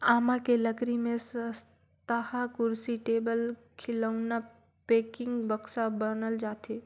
आमा के लकरी में सस्तहा कुरसी, टेबुल, खिलउना, पेकिंग, बक्सा बनाल जाथे